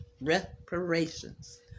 reparations